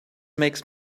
makes